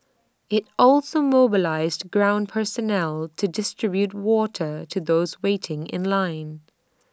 IT also mobilised ground personnel to distribute water to those waiting in line